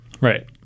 Right